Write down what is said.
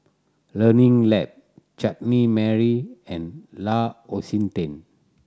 Learning Lab Chutney Mary and L'Occitane